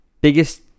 biggest